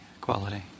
quality